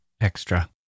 Extra